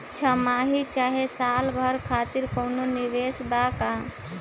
छमाही चाहे साल भर खातिर कौनों निवेश बा का?